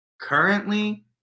currently